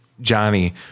Johnny